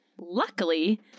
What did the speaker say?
Luckily